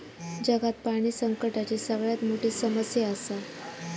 जगात पाणी संकटाची सगळ्यात मोठी समस्या आसा